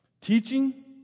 teaching